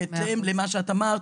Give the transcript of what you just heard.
בהתאם למה שאמרת,